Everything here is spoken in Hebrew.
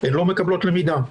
הן לא מקבלות למידה.